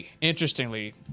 interestingly